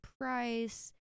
price